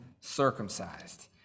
circumcised